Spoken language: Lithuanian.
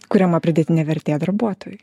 kuriama pridėtinė vertė darbuotojui